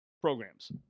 programs